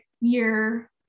year